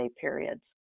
periods